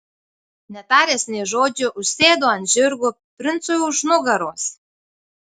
netaręs nė žodžio užsėdo ant žirgo princui už nugaros